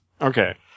Okay